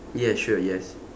ya sure yes